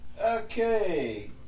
Okay